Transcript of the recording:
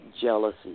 jealousy